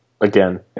again